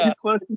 close